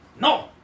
No